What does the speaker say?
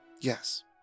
yes